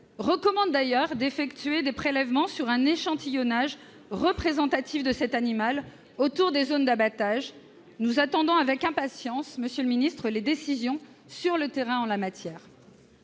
recommande d'ailleurs d'effectuer des prélèvements sur un échantillonnage représentatif de cet animal autour des zones d'abattage. Nous attendons avec impatience les décisions sur le terrain en la matière.